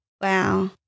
Wow